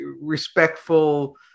respectful